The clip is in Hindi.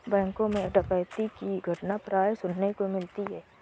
बैंकों मैं डकैती की घटना प्राय सुनने को मिलती है